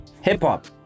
hip-hop